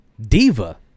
diva